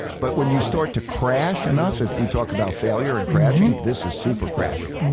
but when you start to crash enough as we talk about failure and crashing, this is super crashing.